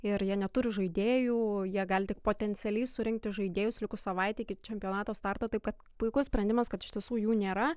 ir jie neturi žaidėjų o jie gali tik potencialiai surinkti žaidėjus likus savaitei iki čempionato starto taip kad puikus sprendimas kad iš tiesų jų nėra